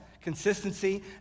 consistency